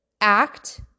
act